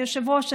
היושב-ראש,